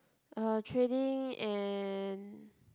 uh trading and